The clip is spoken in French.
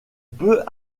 peut